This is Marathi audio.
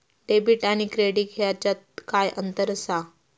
डेबिट आणि क्रेडिट ह्याच्यात काय अंतर असा?